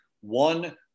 One